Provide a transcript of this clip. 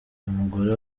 umugore